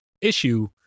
issue